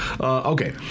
Okay